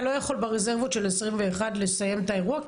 לא יכול ברזרבות של 2021 לסיים את האירוע?